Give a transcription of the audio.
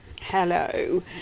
Hello